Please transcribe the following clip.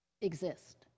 exist